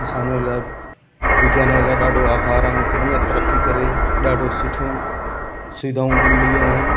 असां हुन लाइ विज्ञान लाइ ॾाढो आभार आहियूं कि अञा तरक़ी करे ॾाढो सुठियूं सुविधाऊं ॾि मिलियूं आहिनि